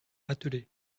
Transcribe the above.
attelée